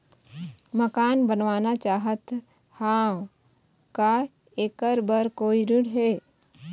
मकान बनवाना चाहत हाव, का ऐकर बर कोई ऋण हे?